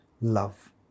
love